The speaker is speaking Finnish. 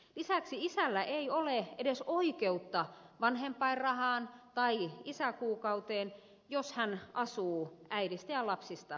lisäksi isällä ei ole edes oikeutta vanhempainrahaan tai isäkuukauteen jos hän asuu äidistä ja lapsista erillään